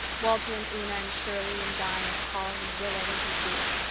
walter and una and shirley and di and carl and rilla went in a group.